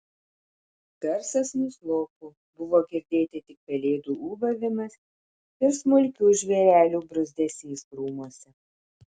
garsas nuslopo buvo girdėti tik pelėdų ūbavimas ir smulkių žvėrelių bruzdesys krūmuose